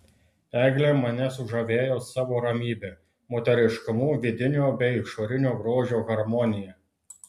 eglė mane sužavėjo savo ramybe moteriškumu vidinio bei išorinio grožio harmonija